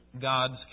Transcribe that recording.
God's